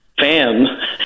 fan